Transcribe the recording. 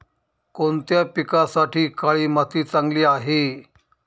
कोणत्या पिकासाठी काळी माती चांगली आहे?